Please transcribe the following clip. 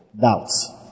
Doubts